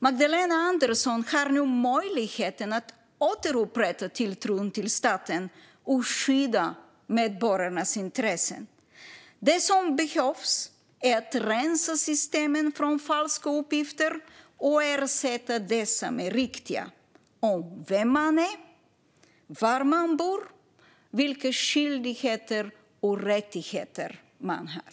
Magdalena Andersson har nu möjlighet att återupprätta tilltron till staten och skydda medborgarnas intressen. Det som behövs är att rensa systemen från falska uppgifter och ersätta dessa med riktiga uppgifter om vem man är, var man bor och vilka skyldigheter och rättigheter man har.